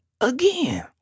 again